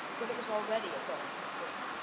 when it was already a going concern.